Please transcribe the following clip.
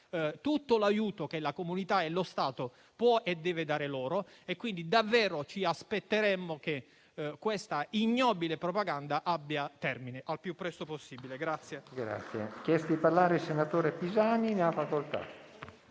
tutto l'aiuto che la comunità e lo Stato può e deve dare loro, quindi davvero ci aspettiamo che questa ignobile propaganda abbia termine al più presto possibile